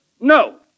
No